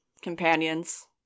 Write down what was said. companions